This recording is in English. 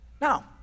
Now